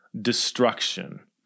destruction